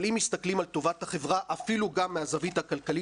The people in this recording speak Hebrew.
אבל אם מסתכלים על טובת החברה אפילו גם מהזווית הכלכלית,